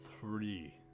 three